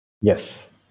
Yes